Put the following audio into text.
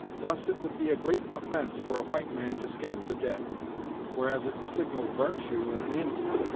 thus, it would be a great offence for a white man to scalp the dead whereas it's a signal vartue in an indian.